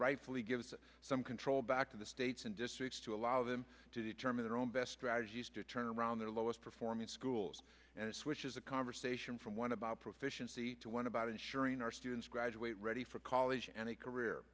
rightfully gives some control back to the states and districts to allow them to determine their own best strategies to turn around their lowest performing schools and switches a conversation from one about proficiency to one about ensuring our students graduate ready for college and a career